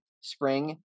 spring